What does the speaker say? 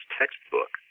textbook